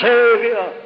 Savior